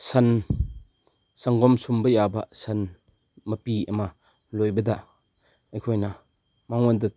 ꯁꯟ ꯁꯪꯒꯣꯝ ꯁꯨꯝꯕ ꯌꯥꯕ ꯁꯟ ꯃꯄꯤ ꯑꯃ ꯂꯣꯏꯕꯗ ꯑꯩꯈꯣꯏꯅ ꯃꯉꯣꯟꯗ